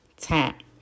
tap